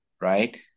right